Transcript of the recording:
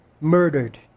murdered